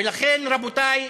ולכן, רבותי,